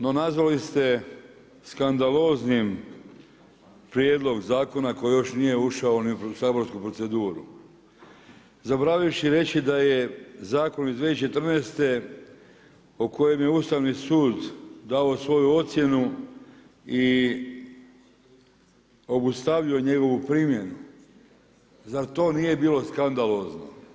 No, naveli ste skandaloznim prijedlog zakona koji još nije niti ušao u saborsku proceduru, zaboravivši reći da je Zakon iz 2014. o kojem je Ustavni sud dao svoju ocjenu i obustavio njegovu primjenu, zar to nije bilo skandalozno?